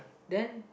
then